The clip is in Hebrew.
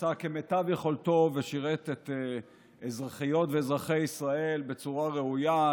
שעשה כמיטב יכולתו ושירת את אזרחיות ואזרחי ישראל בצורה ראויה,